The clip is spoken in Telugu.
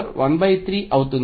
కాబట్టి 2 10